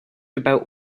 about